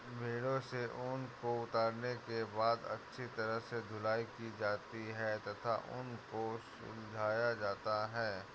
भेड़ों से ऊन को उतारने के बाद अच्छी तरह से धुलाई की जाती है तथा ऊन को सुलझाया जाता है